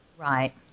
Right